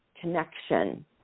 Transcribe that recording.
connection